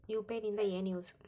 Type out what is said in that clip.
UPI ದಿಂದ ಏನು use?